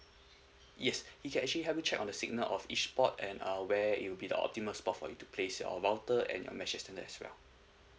yes he can actually help you check on the signal of each spot and uh where it'll be the optimal spot for you to place your router and your mesh extender as well